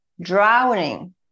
drowning